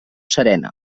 serena